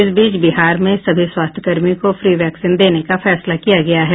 इस बीच बिहार में सभी स्वास्थ्यकर्मी को फ्री वैक्सीन देने का फैसला किया गया है